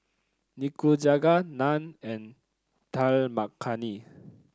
Nikujaga Naan and Dal Makhani